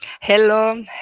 Hello